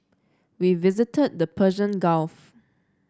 we visited the Persian Gulf